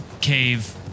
cave